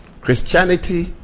christianity